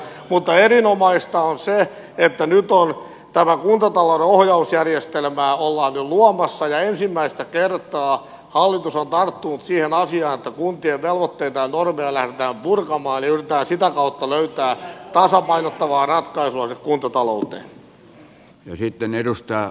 mutta erinomaista on se että nyt tätä kuntatalouden ohjausjärjestelmää ollaan jo luomassa ja ensimmäistä kertaa hallitus on tarttunut siihen asiaan että kuntien velvoitteita ja normeja lähdetään purkamaan ja yritetään sitä kautta löytää tasapainottavaa ratkaisua siihen kuntatalouteen